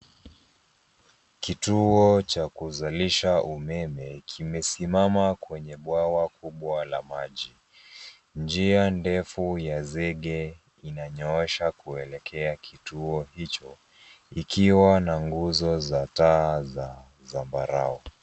Kituo cha kuzalisha umeme kimesimama kwenye bwawa kubwa la maji, njia ndefu ya zege inanyoosha kuelekea kituo hicho ikiwa na nguzo za zambarau.